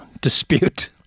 dispute